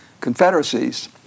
confederacies